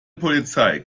polizei